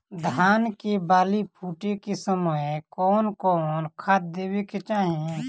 धान के बाली फुटे के समय कउन कउन खाद देवे के चाही?